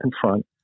confront